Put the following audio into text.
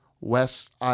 West